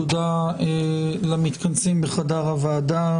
תודה למתכנסים בחדר הוועדה,